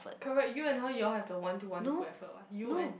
correct you and her you all have the want to want to put effort [what] you and